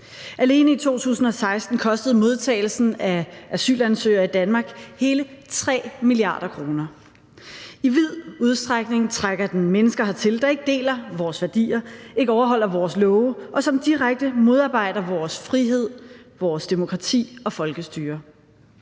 Alene i 2016 kostede modtagelsen af asylansøgere i Danmark hele 3 mia. kr. I vid udstrækning trækker den mennesker hertil, der ikke deler vores værdier, ikke overholder vores love, og som direkte modarbejder vores frihed, vores demokrati og folkestyre.